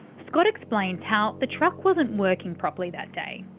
scott explains how the truck wasn't working properly that day.